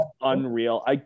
unreal